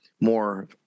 more